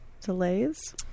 delays